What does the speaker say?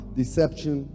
deception